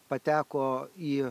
pateko į